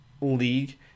league